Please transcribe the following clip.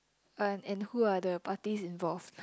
uh and who are the parties involved